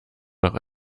nach